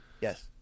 Yes